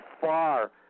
far